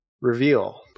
reveal